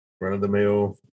run-of-the-mill